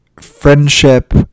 friendship